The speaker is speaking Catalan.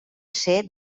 ser